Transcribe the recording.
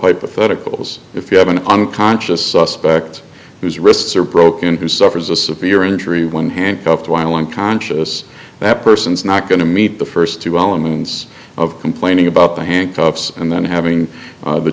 hypotheticals if you have an unconscious suspect who's wrists are broken who suffers a severe injury when handcuffed while unconscious that person is not going to meet the first two elements of complaining about the handcuffs and then having the t